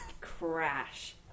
crash